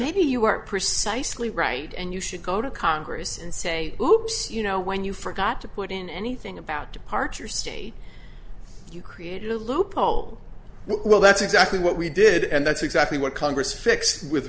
maybe you are precisely right and you should go to congress and say who you know when you forgot to put in anything about departure state you created a loophole well that's exactly what we did and that's exactly what congress fix with